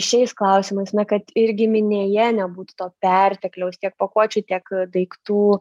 šiais klausimais na kad ir giminėje nebūtų to pertekliaus tiek pakuočių tiek daiktų